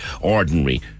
ordinary